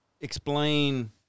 explain